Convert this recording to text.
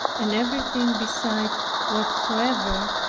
and everything beside whatsoever,